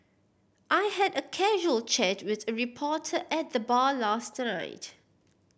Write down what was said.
I had a casual chat with a reporter at the bar last night